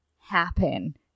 happen